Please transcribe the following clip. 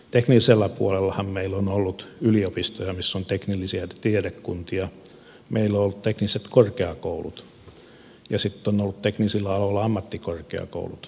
teknillisellä puolellahan meillä on ollut yliopistoja missä on teknillisiä tiedekuntia meillä on ollut tekniset korkeakoulut ja sitten on ollut teknillisillä aloilla ammattikorkeakoulut